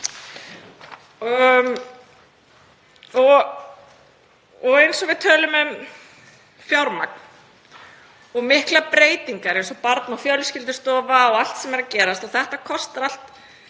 Við höfum talað um fjármagn og miklar breytingar eins og Barna- og fjölskyldustofu og allt sem er að gerast og þetta kostar allt